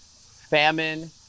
famine